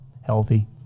healthy